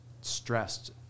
stressed